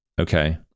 okay